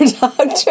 doctor